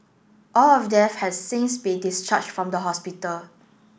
all of them have since been discharged from the hospital